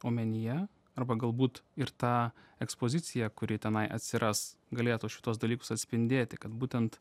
omenyje arba galbūt ir tą ekspoziciją kuri tenai atsiras galėtų šituos dalykus atspindėti kad būtent